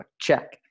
check